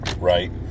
right